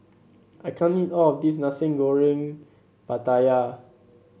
I can't eat all of this Nasi Goreng Pattaya